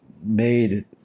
made